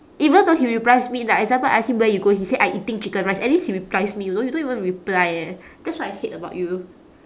even though he replies me like example I ask him where you go he say I eating chicken rice at least he replies me you know you don't even reply eh that's what I hate about you